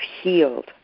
healed